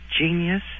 genius